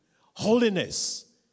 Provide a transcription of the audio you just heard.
holiness